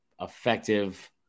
effective